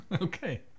Okay